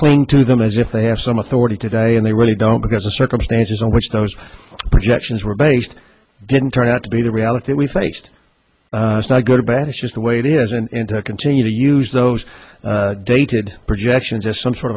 cling to them as if they have some authority today and they really don't because the circumstances in which those projections were based didn't turn out to be the reality that we faced it's not good or bad it's just the way it is and in to continue to use those dated projections as some sort